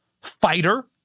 fighter